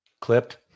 Clipped